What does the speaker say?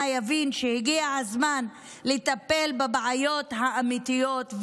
יבין שהגיע הזמן לטפל בבעיות האמיתיות,